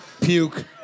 Puke